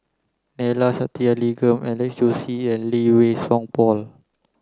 Neila Sathyalingam Alex Josey and Lee Wei Song Paul